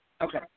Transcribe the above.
Okay